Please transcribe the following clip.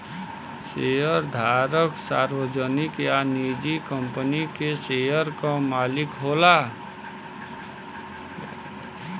शेयरधारक सार्वजनिक या निजी कंपनी के शेयर क मालिक होला